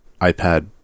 iPad